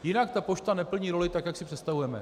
Jinak ta pošta neplní roli tak, jak si představujeme.